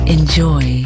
Enjoy